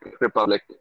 Republic